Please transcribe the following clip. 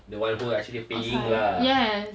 the one who actually paying lah